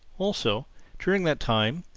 also during that time,